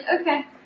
okay